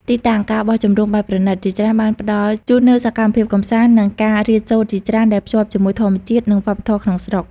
ទីតាំង ការបោះជំរំបែបប្រណីត ជាច្រើនបានផ្តល់ជូននូវសកម្មភាពកម្សាន្ត និងការរៀនសូត្រជាច្រើន ដែលភ្ជាប់ជាមួយធម្មជាតិ និងវប្បធម៌ក្នុងស្រុក។